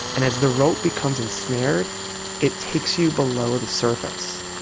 and as the rope becomes ensnared it takes you below the surface,